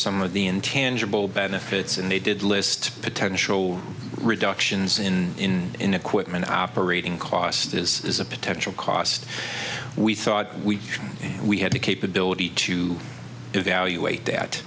some of the intangible benefits and they did list potential reductions in in equipment operating cost is is a potential cost we thought we we had the capability to evaluate that